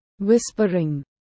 Whispering